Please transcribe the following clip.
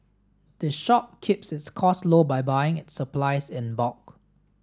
the shop keeps its costs low by buying its supplies in bulk